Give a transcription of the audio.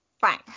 fine